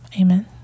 amen